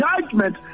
judgment